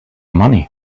money